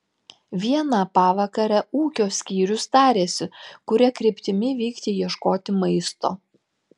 vieną pavakarę ūkio skyrius tarėsi kuria kryptimi vykti ieškoti maisto